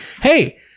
Hey